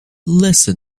lesser